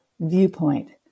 viewpoint